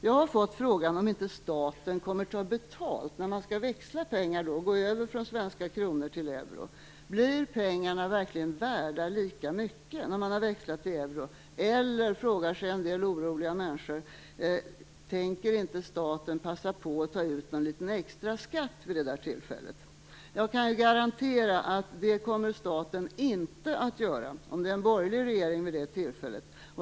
Jag har fått frågan om inte staten kommer att ta betalt för att växla när man skall gå över från svenska kronor till euro. Blir pengarna verkligen värda lika mycket när man har växlat till euro? Eller - frågar sig en del oroliga människor - tänker inte staten passa på att ta ut någon liten extra skatt vid det där tillfället? Jag kan garantera att staten inte kommer att göra det, om det är en borgerlig regering vid det tillfället.